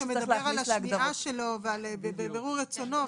יש סעיף שמדבר על השמיעה שלו ובירור רצונו,